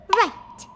right